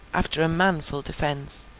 after a manful defence,